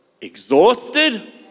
exhausted